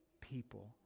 people